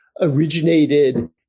originated